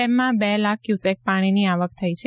ડેમમાં બે લાખ ક્યુસેક પાણીની આવક થઈ છે